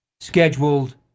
scheduled